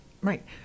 Right